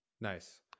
Nice